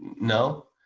no.